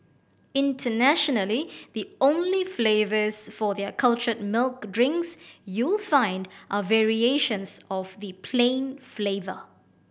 internationally the only flavours for their cultured milk drinks you find are variations of the plain flavour